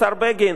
השר בגין.